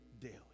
daily